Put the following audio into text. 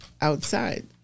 outside